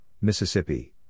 Mississippi